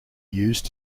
used